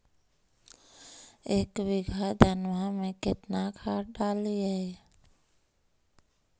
एक बीघा धन्मा में केतना खाद डालिए?